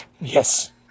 Yes